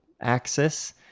axis